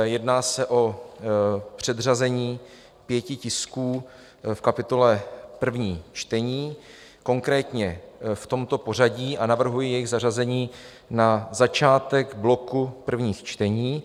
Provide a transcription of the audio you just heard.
Jedná se o předřazení pěti tisků v kapitole První čtení, konkrétně v tomto pořadí navrhuji jejich zařazení na začátek bloku prvních čtení.